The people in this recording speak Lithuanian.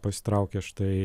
pasitraukė štai